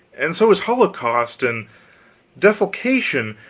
and so is holocaust, and defalcation,